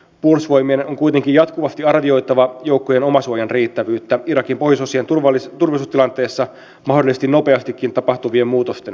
puolustusvoimien on kuitenkin jatkuvasti arvioitava joukkojen omasuojan riittävyyttä irakin pohjoisosien turvallisuustilanteessa mahdollisesti nopeastikin tapahtuvien muutosten perusteella